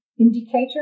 Indicator